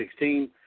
2016